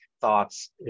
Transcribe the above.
thoughts